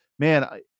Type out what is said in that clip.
man